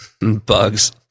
Bugs